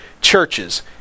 churches